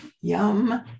Yum